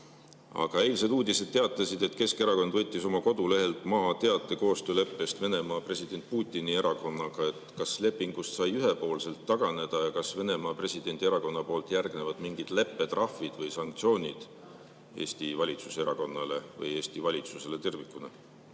Aga eilsed uudised teatasid, et Keskerakond võttis oma kodulehelt maha teate koostööleppest Venemaa presidendi Putini erakonnaga. Kas lepingust sai ühepoolselt taganeda? Ja kas Venemaa presidendi erakonna poolt järgnevad mingid leppetrahvid või sanktsioonid Eesti valitsuserakonnale või Eesti valitsusele tervikuna?